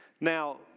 Now